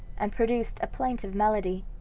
and produced a plaintive melody.